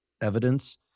evidence